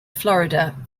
florida